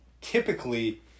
typically